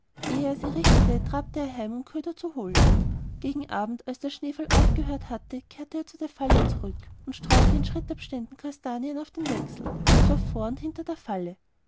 sie richtete trabte er heim um köder zu holen gegen abend als der schneefall aufgehört hatte kehrte er zu der falle zurück und streute in schrittabständen kastanien auf den wechsel und zwar vor und hinter der falle